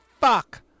fuck